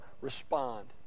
respond